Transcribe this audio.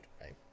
right